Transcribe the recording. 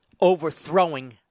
overthrowing